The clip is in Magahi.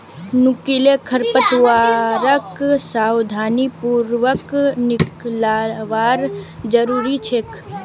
नुकीले खरपतवारक सावधानी पूर्वक निकलवार जरूरत छेक